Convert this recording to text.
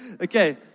okay